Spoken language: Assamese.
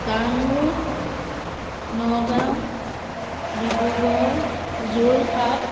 কামৰূপ নগাঁও ডিব্ৰুগড় যোৰহাট